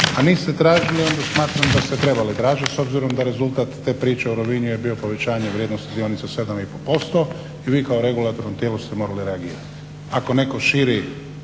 a niste tražili, onda smatram da ste trebali tražiti s obzirom da rezultat te priče o Rovinju je bio povećanje vrijednosti dionica 7 i pol posto i vi kao regulatorno tijelo ste morali reagirati. Ako netko širi